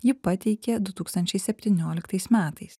ji pateikė du tūkstančiai septynioliktais metais